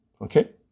Okay